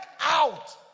out